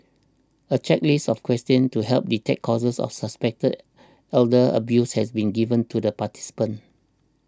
a checklist of questions to help detect cases of suspected elder abuse has been given to the participants